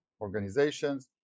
organizations